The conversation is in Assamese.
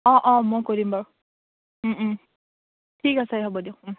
অঁ অঁ মই কৈ দিম বাৰু ঠিক আছে হ'ব দিয়ক